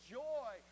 joy